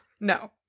no